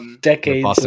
Decades